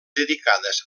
dedicades